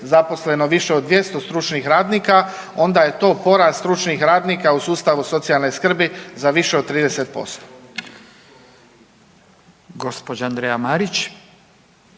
zaposleno više od 200 stručnih radnika onda je to porast stručnih radnika u sustavu socijalne skrbi za više od 30%.